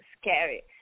scary